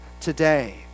today